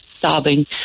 sobbing